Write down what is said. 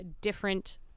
different